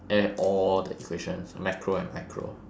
add all the equations macro and micro